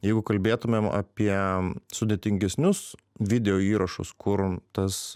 jeigu kalbėtumėm apie sudėtingesnius video įrašus kur tas